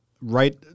Right